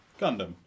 Gundam